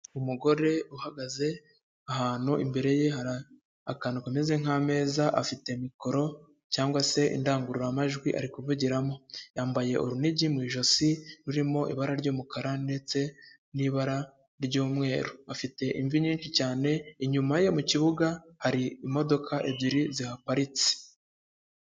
Umugore uhagaze ahantu imbere ye akantu kameze nk'ameza, afite mikoro cyangwa se indangururamajwi ari kuvugiramo. Yambaye urunigi mu ijosi, rurimo ibara ry'umukara ndetse n'ibara ry'umweru, afite imvi nyinshi cyane, inyuma ye mu kibuga hari imodoka ebyiri zihaparitse.